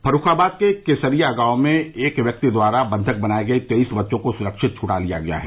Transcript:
फर्रुखाबाद के केसरिया गांव में एक व्यक्ति द्वारा बंधक बनाए गये तेईस बच्चों को सुरक्षित छुड़ा लिया गया है